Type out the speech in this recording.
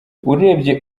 urebye